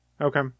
Okay